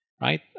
right